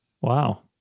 Wow